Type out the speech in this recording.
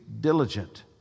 diligent